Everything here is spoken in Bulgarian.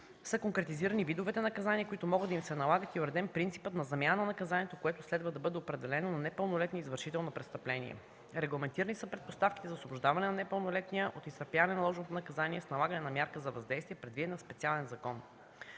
са конкретизирани видовете наказания, които могат да им се налагат, и е уреден принципът на замяна на наказанието, което следва да бъде определено на непълнолетния извършител на престъпление. Регламентирани са предпоставките за освобождаване на непълнолетния от изтърпяване на наложеното наказание с налагане на мярка за въздействие, предвидена в специален закон.